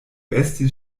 estis